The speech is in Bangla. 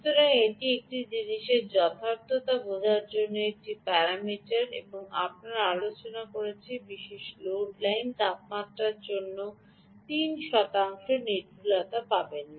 সুতরাং এটি একটি জিনিস যথার্থতা অন্য একটি প্যারামিটার যথার্থতা আমরা এটি নিয়ে আলোচনা করেছি আমি বিশদ লোড লাইন এবং তাপমাত্রার উপর 3 নির্ভুলতা পাবেন না